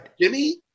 Jimmy